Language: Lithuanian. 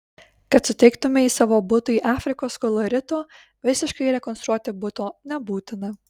kad suteiktumei savo butui afrikos kolorito visiškai rekonstruoti buto nebūtina